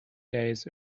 days